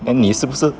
then 你是不是